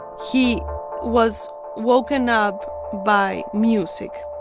he was woken up by music.